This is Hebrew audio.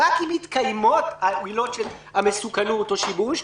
רק אם מתקיימות העילות של המסוכנות או שיבוש,